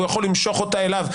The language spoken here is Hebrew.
והוא יכול למשוך אותה אליו,